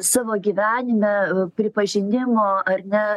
savo gyvenime pripažinimo ar ne